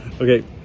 Okay